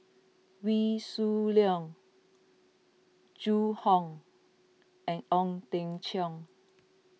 Wee Shoo Leong Zhu Hong and Ong Teng Cheong